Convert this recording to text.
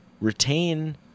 retain